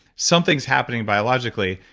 something's happening biologically,